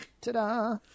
Ta-da